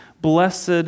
blessed